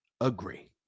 agree